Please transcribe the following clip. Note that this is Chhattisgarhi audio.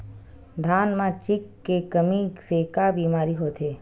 धान म जिंक के कमी से का बीमारी होथे?